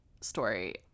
story